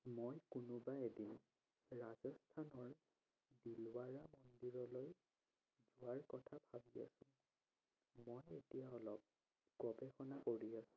মই কোনোবা এদিন ৰাজস্থানৰ দিলৱাৰা মন্দিৰলৈ যোৱাৰ কথা ভাবি আছোঁ মই এতিয়া অলপ গৱেষণা কৰি আছোঁ